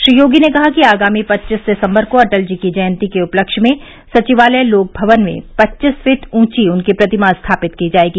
श्री योगी ने कहा कि आगामी पच्चीस दिसम्बर को अटल जी की जयन्ती के उपलक्ष्य में सचिवालय लोक भवन में पच्चीस फीट ऊँची उनकी प्रतिमा स्थापित की जायेगी